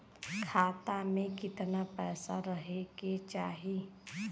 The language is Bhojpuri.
खाता में कितना पैसा रहे के चाही?